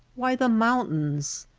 why, the mountains.